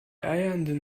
eiernden